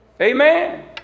Amen